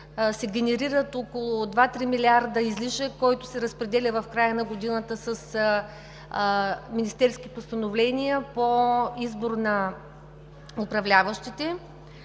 се генерират около два – три милиарда излишък, който се разпределя в края на годината с министерски постановления по избор на управляващите,